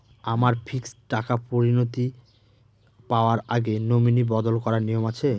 আমার ফিক্সড টাকা পরিনতি পাওয়ার আগে নমিনি বদল করার নিয়ম আছে?